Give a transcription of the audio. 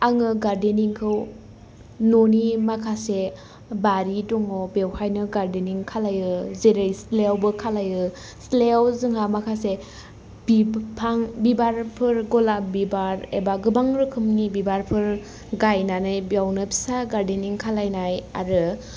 आङो गार्देनिंखौ न'नि माखासे बारि दङ' बेयावहायनो गार्देनिं खालायो जेरै सिथ्लायावबो खालायो सिथ्लायाव जोंहा माखासे बिफां बिबारफोर गलाब बिबार एबा गोबां रोखोमनो बिबारफोर गायनानै बेयावनो फिसा गार्देनिं खालायनाय आरो